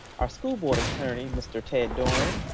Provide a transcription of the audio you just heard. our school board attorney, mr. ted doran,